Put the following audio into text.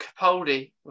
Capaldi